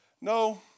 No